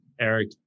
Eric